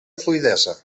fluïdesa